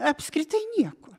apskritai nieko